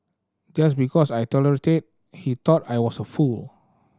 just because I tolerated he thought I was a fool